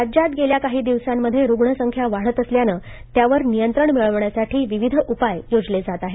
राज्यात गेल्या काही दिवसांमध्ये रुग्ण संख्या वाढत असल्यानं त्यावर नियंत्रण मिळवण्यासाठी विविध उपाय योजले जात आहेत